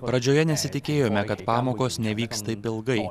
pradžioje nesitikėjome kad pamokos nevyks taip ilgai